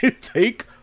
take